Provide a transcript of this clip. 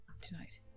tonight